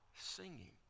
singing